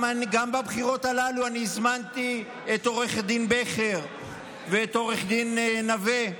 גם בבחירות הללו אני הזמנתי את עו"ד בכר ואת עו"ד נוה.